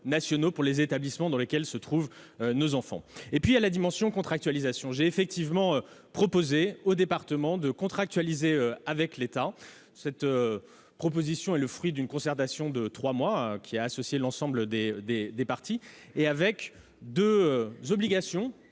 nationaux pour les établissements dans lesquels se trouvent nos enfants. Je reviens à la dimension de contractualisation. J'ai effectivement proposé aux départements de contractualiser avec l'État. Cette proposition est le fruit d'une concertation de trois mois qui a associé l'ensemble des parties prenantes et au